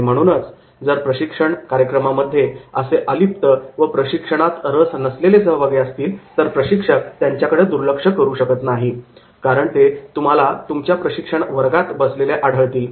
आणि म्हणूनच जर प्रशिक्षण कार्यक्रमामध्ये असे अलिप्त व प्रशिक्षणात रस नसलेले सहभागी असतील तर प्रशिक्षक त्यांच्याकडे दुर्लक्ष करू शकत नाही कारण ते तुमच्या प्रशिक्षण वर्गात बसलेले असतात